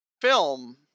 film